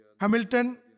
Hamilton